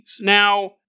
now